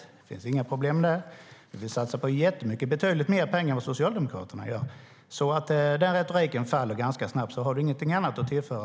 Det finns inga problem där. Vi satsar jättemycket pengar, betydligt mer än vad Socialdemokraterna gör. Den där retoriken faller alltså ganska snabbt. Har du ingenting annat att tillföra?